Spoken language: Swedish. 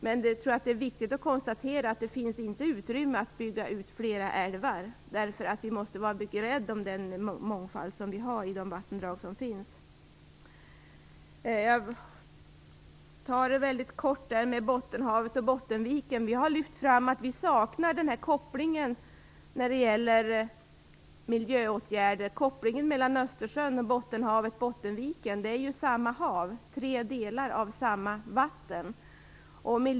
Men det är viktigt att konstatera att det inte finns utrymme att bygga ut fler älvar, eftersom vi måste vara mycket rädda om den mångfald som vi har i de vattendrag som finns. Jag skall väldigt kort tala om Bottenhavet och Bottenviken. När det gäller miljöåtgärder har vi lyft fram att vi saknar en koppling mellan Östersjön, Bottenhavet och Bottenviken. Det är ju tre delar av samma vatten.